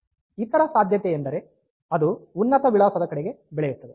ಇತರ ಸಾಧ್ಯತೆಯೆಂದರೆ ಅದು ಉನ್ನತ ವಿಳಾಸದ ಕಡೆಗೆ ಬೆಳೆಯುತ್ತದೆ